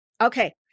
Okay